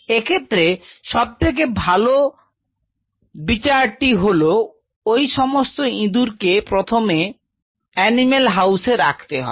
এক্ষেত্রে সবথেকে ভালো বিচারটি হল ঐ সমস্ত ইঁদুরদের কে প্রথমে অ্যানিমেল হাউসে রাখতে হবে